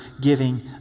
giving